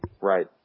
Right